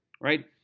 right